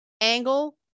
angle